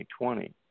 2020